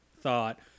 thought